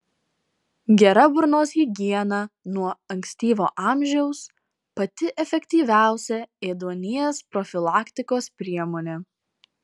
gera burnos higiena nuo ankstyvo amžiaus pati efektyviausia ėduonies profilaktikos priemonė